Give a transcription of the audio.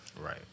right